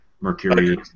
mercury